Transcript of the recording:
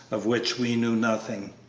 of which we knew nothing.